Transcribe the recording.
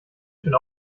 schön